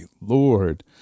lord